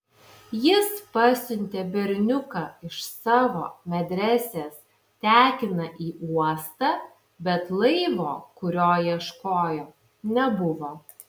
jis pasiuntė berniuką iš savo medresės tekiną į uostą bet laivo kurio ieškojo nebuvo